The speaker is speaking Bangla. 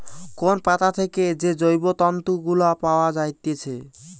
কোন পাতা থেকে যে জৈব তন্তু গুলা পায়া যাইতেছে